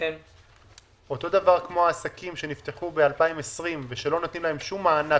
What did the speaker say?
כמו עסקים שנפתחו ב-2020 ולא נותנים להם כל מענק,